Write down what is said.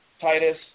Titus